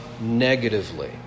negatively